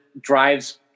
drives